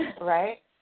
right